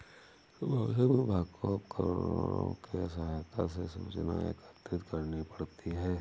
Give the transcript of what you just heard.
मौसम विभाग को उपग्रहों के सहायता से सूचनाएं एकत्रित करनी पड़ती है